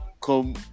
come